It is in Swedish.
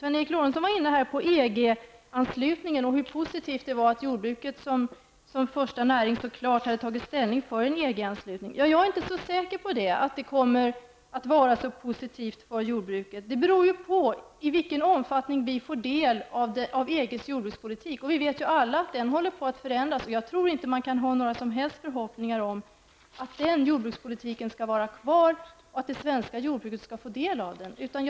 Sven Eric Lorentzon berörde EG-anslutningen och hur positivt det var att jordbruket som första näring klart hade tagit ställning för en EG-anslutning. Jag är inte så säker på att det kommer att vara så positivt för jordbruket. Det beror på i vilken omfattning vi får del av EGs jordbrukspolitik, och vi vet ju alla att den håller på att förändras. Jag tror inte att man kan ha några som helst förhoppningar om att den jordbrukspolitiken skall vara kvar och att det svenska jordbruket skall få del av den.